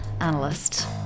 analyst